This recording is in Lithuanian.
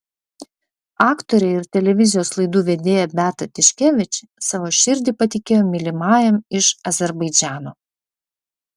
aktorė ir televizijos laidų vedėja beata tiškevič savo širdį patikėjo mylimajam iš azerbaidžano